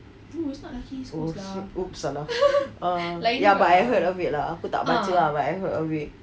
oh shit !oops! salah uh but I heard of it lah aku tak baca ah but I heard of it